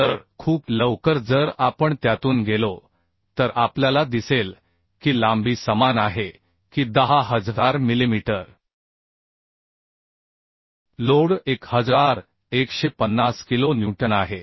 तर खूप लवकर जर आपण त्यातून गेलो तर आपल्याला दिसेल की लांबी समान आहे की 10000 मिलिमीटर लोड 1150 किलो न्यूटन आहे